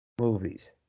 movies